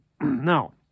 Now